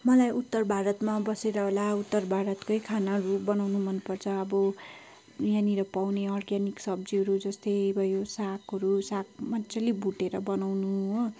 मलाई उत्तर भारतमा बसेर होला उत्तर भारतकै खानाहरू बनाउनु मनपर्छ अब यहाँनिर पाउने अर्ग्यानिक सब्जीहरू जस्तै भयो सागहरू साग मजाले भुटेर बनाउनु हो